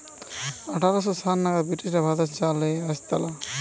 আঠার শ সাল নাগাদ ব্রিটিশরা ভারতে চা লেই আসতালা